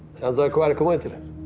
sounds like quite a coincidence.